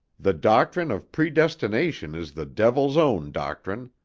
the doctrine of predestination is the devil's own doctrine.